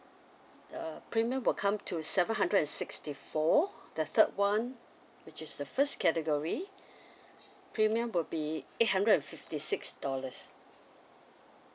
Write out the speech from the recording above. uh premium will come to seven hundred and sixty four the third [one] which is the first category premium will be eight hundred and fifty six dollars